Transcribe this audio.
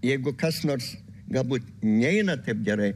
jeigu kas nors galbūt neina taip gerai